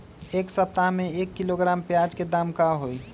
एक सप्ताह में एक किलोग्राम प्याज के दाम का होई?